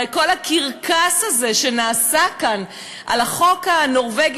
הרי כל הקרקס הזה שנעשה כאן על החוק הנורבגי,